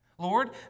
Lord